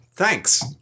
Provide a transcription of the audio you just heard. Thanks